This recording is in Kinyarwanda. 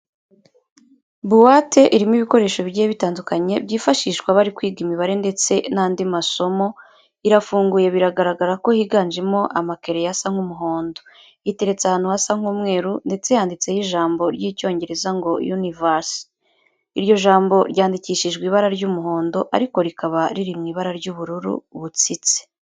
Buwate irimo ibikoresho bigiye bitandukanye byifashishwa bari kwiga imibare ndetse n'anadi masomo, irafunguye biragaragara ko higanjemo amakereyo asa nk'umuhondo. Iteretse ahantu hasa nk'umweru ndetse yanditseho ijambo ry'Icyongereza ngo universe. Iryo jambo ryandikishijwe ibara ry'umuhondo ariko rikaba riri mu ibara ry'ubururu butsitse.